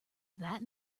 that